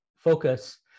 Focus